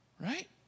Right